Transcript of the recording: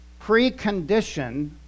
precondition